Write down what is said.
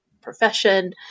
profession